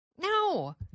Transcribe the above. No